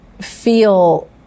feel